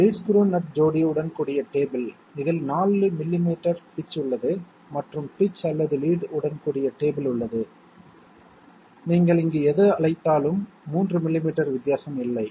lead screw nut ஜோடியுடன் கூடிய table இதில் 4 மில்லிமீட்டர் பிட்ச் உள்ளது மற்றும் பிட்ச் அல்லது லீட் உடன் கூடிய டேபிள் உள்ளது நீங்கள் இங்கு எதை அழைத்தாலும் 3 மில்லிமீட்டர் வித்தியாசம் இல்லை